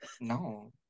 No